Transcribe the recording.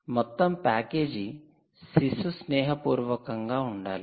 మొత్తం ప్యాకేజీ శిశు స్నేహపూర్వకంగా ఉండాలి